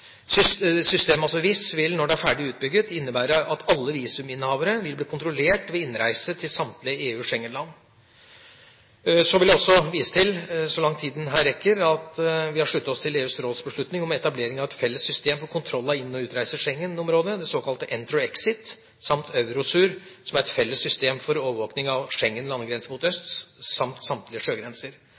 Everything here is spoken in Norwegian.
er ferdig utbygget, innebære at alle visuminnehavere vil bli kontrollert ved innreise til samtlige EU/Schengen-land. Jeg vil også vise til, så langt tida rekker, at vi har sluttet oss til EUs rådsbeslutning om etablering av et felles system for kontroll av inn- og utreise i Schengen-området, det såkalte «entry/exit», samt EUROSUR, som er et felles system for overvåkning av Schengens landegrenser mot øst, samt samtlige sjøgrenser.